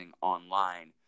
online